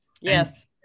Yes